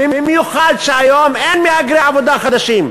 במיוחד שהיום אין מהגרי עבודה חדשים.